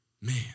Man